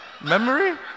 Memory